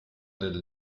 del